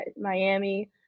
miami